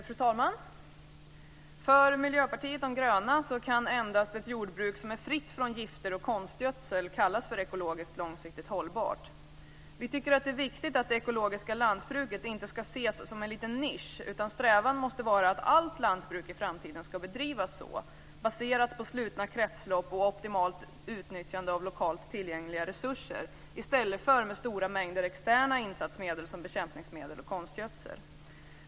Fru talman! För Miljöpartiet de gröna kan endast ett jordbruk som är fritt från gifter och konstgödsel kallas ekologiskt långsiktigt hållbart. Vi tycker att det är viktigt att det ekologiska lantbruket inte ses som en liten nisch. Strävan måste vara att allt lantbruk i framtiden ska bedrivas så. Det ska vara baserat på slutna kretslopp och optimalt utnyttjande av lokalt tillgängliga resurser i stället för på stora mängder externa insatsmedel som bekämpningsmedel och konstgödsel.